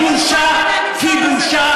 כי בושה